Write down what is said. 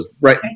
right